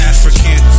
African